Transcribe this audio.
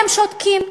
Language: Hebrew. הם שותקים.